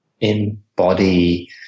embody